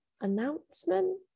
Announcement